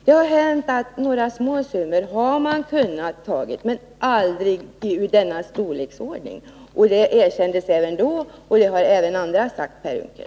Det har hänt att man har använt några småsummor av dem, men aldrig summor av denna storleksordning. Det erkändes vid utfrågningen, och det har även andra sagt, Per Unckel.